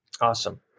Awesome